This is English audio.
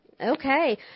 Okay